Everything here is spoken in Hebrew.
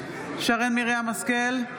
שרן מרים השכל,